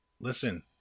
listen